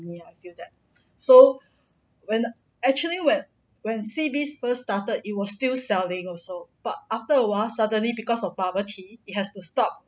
so when actually when when C_B first started it was still selling also but after awhile suddenly because of bubble tea it has to stop